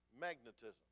magnetism